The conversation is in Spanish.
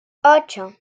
ocho